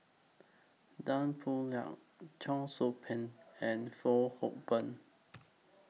Tan Boo Liat Cheong Soo Pieng and Fong Hoe Beng